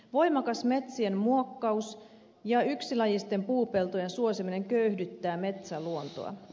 voimakas metsien muokkaus ja yksilajisten puupeltojen suosiminen köyhdyttää metsäluontoa